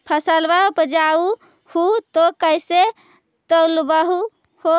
फसलबा उपजाऊ हू तो कैसे तौउलब हो?